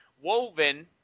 woven